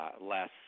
less